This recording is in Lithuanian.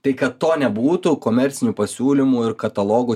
tai kad to nebūtų komercinių pasiūlymų ir katalogų